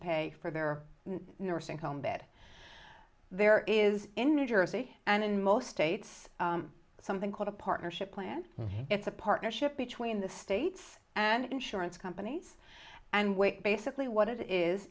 pay for their nursing home bed there is in new jersey and in most states something called a partnership plan it's a partnership between the states and insurance companies and weight basically what it is i